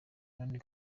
none